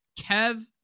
Kev